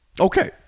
Okay